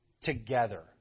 together